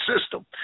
system